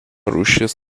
rūšis